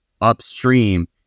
upstream